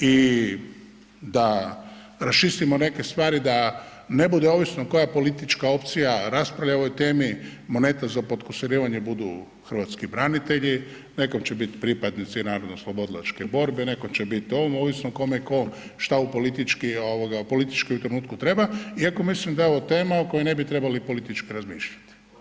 i da raščistimo neke stvari da ne bude ovisno koja politička opcija raspravlja o ovoj temi, moneta za potkusurivanje budu hrvatski branitelji, nekom će biti pripadnici narodnooslobodilačke borbe, nekom će biti ovo, ovisno o kome tko što u političkom trenutku treba, iako mislim da je ovo tema o kojoj ne bi trebali politički razmišljati.